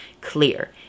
clear